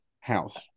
house